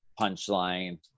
punchline